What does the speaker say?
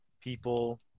people